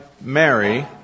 Mary